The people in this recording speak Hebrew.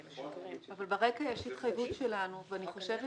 אבל ברקע יש התחייבות שלנו ואני חושבת